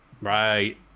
right